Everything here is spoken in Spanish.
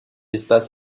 estás